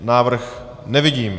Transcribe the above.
Návrh nevidím.